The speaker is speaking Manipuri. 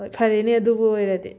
ꯍꯣꯏ ꯐꯔꯦꯅꯦ ꯑꯗꯨꯕꯨ ꯑꯣꯏꯔꯗꯤ